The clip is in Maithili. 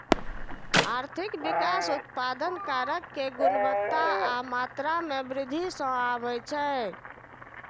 आर्थिक विकास उत्पादन कारक के गुणवत्ता आ मात्रा मे वृद्धि सं आबै छै